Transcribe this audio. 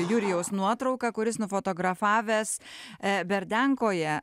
jurijaus nuotrauka kur jis nufotografavęs e berdiankoje